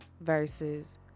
versus